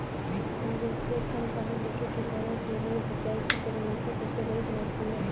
हम जैसै कम पढ़े लिखे किसानों के लिए सिंचाई की तकनीकी सबसे बड़ी चुनौती है